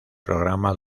programa